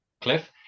cliff